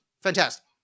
Fantastic